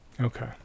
okay